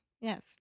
yes